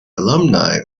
alumni